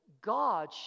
God